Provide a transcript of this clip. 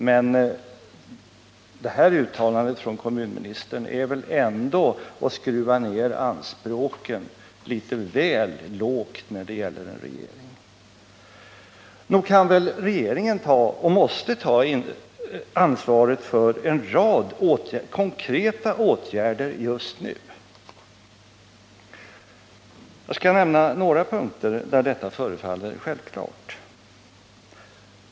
Men när kommunministern gör ett sådant här uttalande är det ändå att skruva ned anspråken litet väl lågt då det gäller en regering. Nog kan regeringen ta — och måste ta — ansvaret för en rad konkreta åtgärder just nu. Jag skall nämna några punkter där detta förefaller självklart.